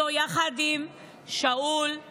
הוא השאיר לנו את המורשת הזו יחד עם שאול ויחד